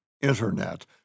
internet